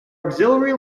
auxiliary